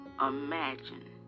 imagine